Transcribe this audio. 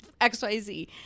XYZ